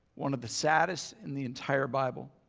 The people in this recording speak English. one of the saddest in the entire bible.